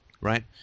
right